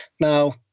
Now